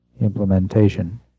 implementation